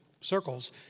circles